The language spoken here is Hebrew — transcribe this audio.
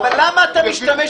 אם הם ישלמו